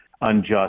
unjust